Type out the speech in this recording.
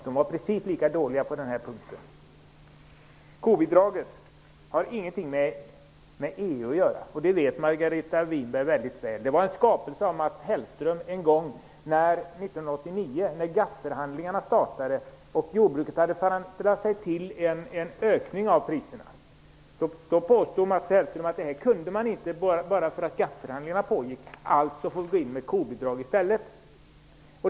De var precis lika dåliga på den här punkten. Kobidraget har ingenting med EU att göra, och det vet Margareta Winberg mycket väl. Kobidraget är en skapelse av Mats Hellström från 1989, då Jordbruket hade förhandlat sig till en höjning av priserna. Då påstod Mats Hellström att man inte kunde höja priserna, eftersom GATT förhandlingarna pågick. Därför fick vi gå in med kobidrag i stället.